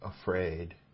afraid